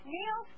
Neil